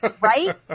Right